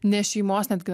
ne šeimos netgi